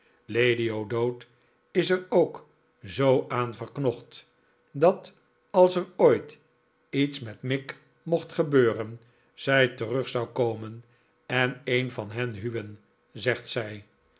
lady o'dowd is er ook zoo aan verknocht dat als er ooit iets met mick mocht gebeuren zij terug zou komen en een van hen huwen zegt zij